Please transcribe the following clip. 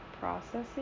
processing